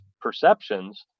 perceptions